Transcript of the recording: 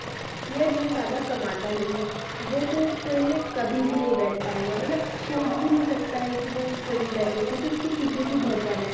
या जो ज़्यादा कमाता नहीं है वह तो उस ट्रेन में कभी भी नहीं बैठ पाएगा मतलब सोच भी नहीं सकता है कि वह उस ट्रेन में बैठे क्योंकि उसकी टिकिट ही बहुत ज़्यादा है